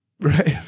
Right